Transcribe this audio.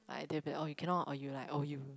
like they'll be like oh you cannot or you like oh you